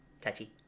touchy